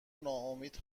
ناامید